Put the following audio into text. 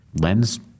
lens